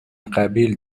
قبیل